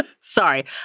Sorry